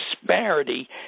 disparity